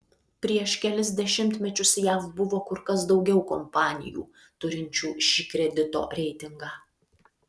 prieš kelis dešimtmečius jav buvo kur kas daugiau kompanijų turinčių šį kredito reitingą